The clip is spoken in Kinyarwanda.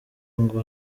ngo